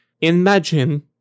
Imagine